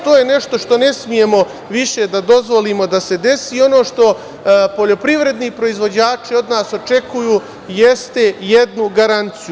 To je nešto što ne smemo više da dozvolimo da se desi i ono što poljoprivredni proizvođači od nas očekuju jeste jednu garanciju.